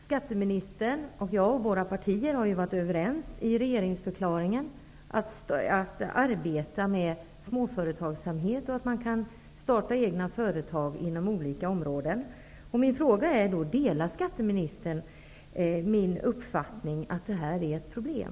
Skatteministern och jag, våra partier, har varit överens i regeringsförklaringen att arbeta för småföretagsamhet och att människor skall få starta egna företag inom olika områden. Delar skatteministern min uppfattning att det här är ett problem?